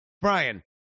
Brian